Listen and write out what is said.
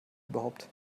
überhaupt